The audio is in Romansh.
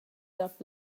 dat